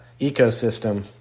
ecosystem